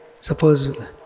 suppose